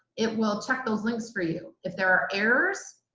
it will check those links for you. if there are errors,